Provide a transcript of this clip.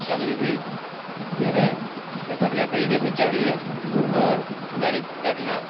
कभी भी जो है इससे बढ़िया तरीके से चढ़िए और डरे तो डरना